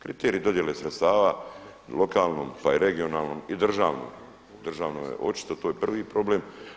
Kriteriji dodjele sredstava lokalnom, pa i regionalnom i državnom, državnoj to je prvi problem.